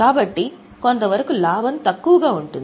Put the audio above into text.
కాబట్టి కొంతవరకు లాభం తక్కువగా ఉంటుంది